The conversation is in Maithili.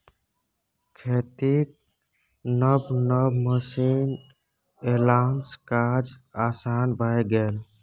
खेतीक नब नब मशीन एलासँ काज आसान भए गेल